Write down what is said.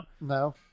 No